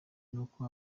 n’uko